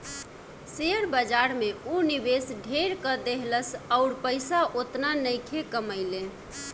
share बाजार में ऊ निवेश ढेर क देहलस अउर पइसा ओतना नइखे कमइले